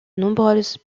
nombreuses